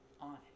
on